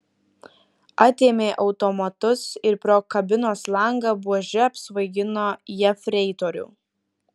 atėmė automatus ir pro kabinos langą buože apsvaigino jefreitorių